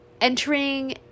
entering